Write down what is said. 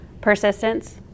persistence